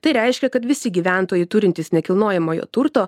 tai reiškia kad visi gyventojai turintys nekilnojamojo turto